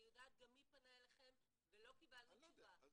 אני יודעת גם מי פנה אליכם ולא קיבלנו תשובה.